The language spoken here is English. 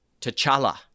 T'Challa